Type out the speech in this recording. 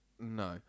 No